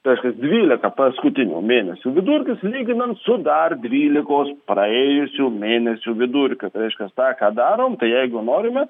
reiškias dvylika paskutinių mėnesių vidurkis lyginant su dar dvylikos praėjusių mėnesių vidurkiu tai reiškas ta ką darom tai jeigu norime